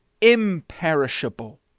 imperishable